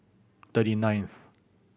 thirty ninth